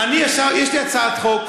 יש לי הצעת חוק,